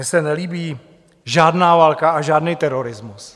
Mně se nelíbí žádná válka a žádný terorismus.